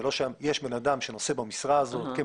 אני